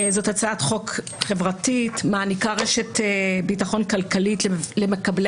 זאת הצעת חוק חברתית שמעניקה רשת ביטחון כלכלית למקבלי